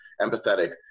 empathetic